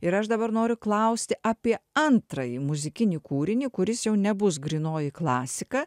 ir aš dabar noriu klausti apie antrąjį muzikinį kūrinį kuris jau nebus grynoji klasika